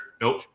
nope